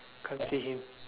can't see him